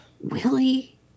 Willie